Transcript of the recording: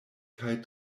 kaj